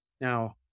Now